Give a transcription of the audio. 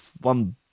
one